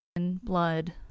Blood